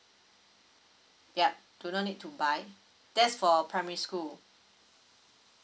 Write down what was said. yup do not need to buy that's for primary school